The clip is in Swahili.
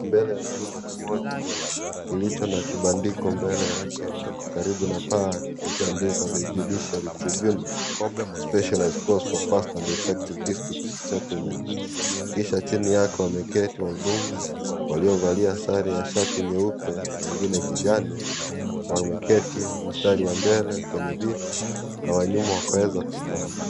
Mbele ya jumba kimoja kilicho na kibandiko mbele yake karibu na paa kilichoandikwa The Judiciary Tribunal, Specialized court for faster and effective district settlement kisha chini yake wameketi wahudumu waliovalia sare ya shati nyeupe mengine kijani wameketi mstari wa mbele kwenye viti na wa nyuma wakaweza kusimama.